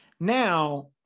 Now